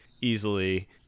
easily